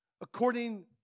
according